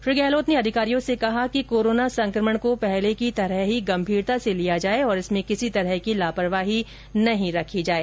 श्री गहलोत ने अधिकारियों से कहा कोरोना संक्रमण को पहले की तरह ही गंभीरता से लिया जाए और इसमें किसी तरह की लापरवाही नहीं रखी जाए